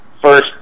first